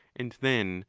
and then,